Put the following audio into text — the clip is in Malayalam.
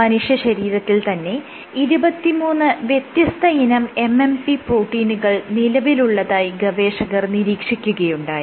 മനുഷ്യശരീരത്തിൽ തന്നെ 23 വ്യത്യസ്തയിനം MMP പ്രോട്ടീനുകൾ നിലവിലുള്ളതായി ഗവേഷകർ നിരീക്ഷിക്കുകയുണ്ടായി